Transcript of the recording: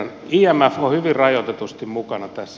imf on hyvin rajoitetusti mukana tässä